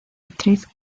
actriz